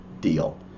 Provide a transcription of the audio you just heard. deal